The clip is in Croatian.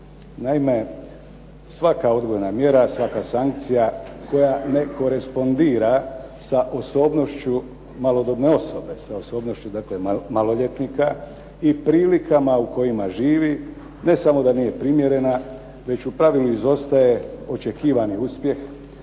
Naime, svaka odgojna mjera, svaka sankcija koja ne korespondira sa osobnošću malodobne osobe, sa osobnošću dakle maloljetnika i prilikama u kojima živi, ne samo da nije primjerena, već u pravilu izostaje očekivani uspjeh,